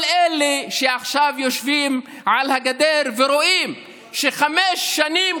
כל אלה שיושבים עכשיו על הגדר ורואים שחמש שנים,